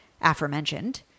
aforementioned